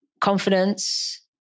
confidence